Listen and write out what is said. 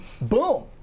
boom